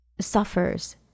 suffers